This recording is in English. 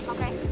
Okay